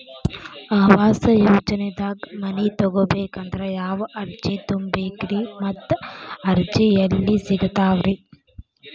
ಆವಾಸ ಯೋಜನೆದಾಗ ಮನಿ ತೊಗೋಬೇಕಂದ್ರ ಯಾವ ಅರ್ಜಿ ತುಂಬೇಕ್ರಿ ಮತ್ತ ಅರ್ಜಿ ಎಲ್ಲಿ ಸಿಗತಾವ್ರಿ?